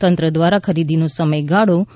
તંત્ર દ્વારા ખરીદીનો સમયગાળો તા